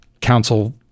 council